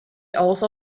also